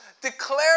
declare